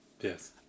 Yes